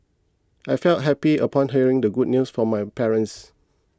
I felt happy upon hearing the good news from my parents